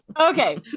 Okay